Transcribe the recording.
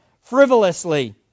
frivolously